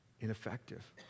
ineffective